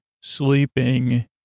sleeping